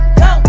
go